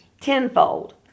tenfold